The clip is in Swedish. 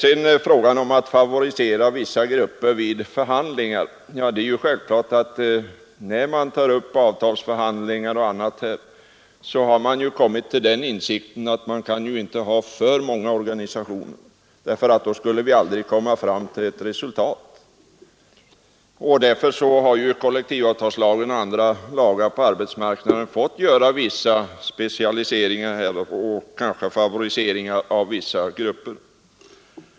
Här har talats om att favorisera vissa grupper vid förhandlingar. Man har ju kommit till insikt om att man inte kan ha för många organisationer vid avtalsförhandlingar, för då skulle vi aldrig komma fram till ett resultat. Därför har man i kollektivavtalslagen och i andra lagar som gäller arbetsmarknaden fått göra vissa specialiseringar och kanske favoriserat vissa grupper.